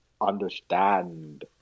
understand